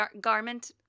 garment